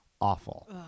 awful